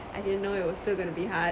I didn't know it was still going to be hard